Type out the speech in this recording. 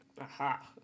Aha